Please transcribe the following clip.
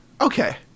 okay